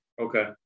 Okay